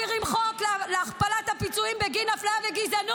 חבר הכנסת סולומון וחברת הכנסת צגה,